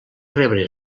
rebre